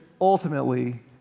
ultimately